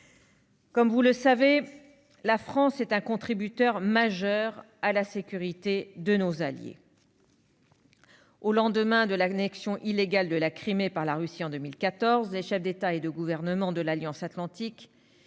Comme vous le savez, la France est un contributeur majeur à la sécurité de ses alliés. Au lendemain de l'annexion illégale de la Crimée par la Russie en 2014, les chefs d'État et de gouvernement de l'Alliance atlantique